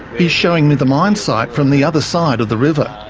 he's showing me the mine site from the other side of the river.